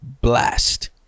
blast